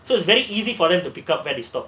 so it's very easy for them to pick up at the store